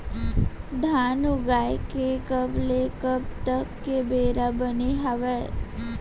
धान उगाए के कब ले कब तक के बेरा बने हावय?